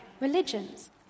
religions